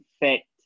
effect